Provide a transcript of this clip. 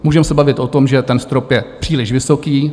Můžeme se bavit o tom, že ten strop je příliš vysoký.